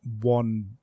one